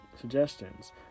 suggestions